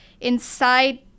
inside